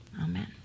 Amen